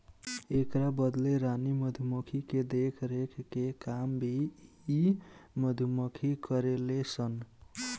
एकरा बदले रानी मधुमक्खी के देखरेख के काम भी इ मधुमक्खी करेले सन